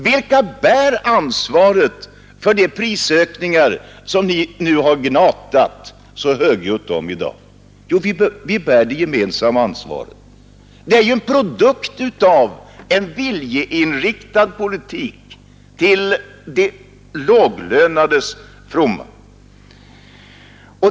Vilka bär ansvaret för de prisökningar som man nu har gnatat så högljutt om i dag? Jo, vi bär det gemensamma ansvaret. Det är ju en produkt av en viljeinriktad politik till de lågavlönades fromma.